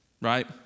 right